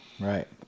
Right